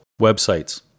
websites